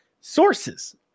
sources